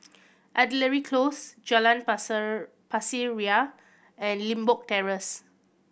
Artillery Close Jalan Pasir Ria and Limbok Terrace